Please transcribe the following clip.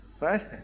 right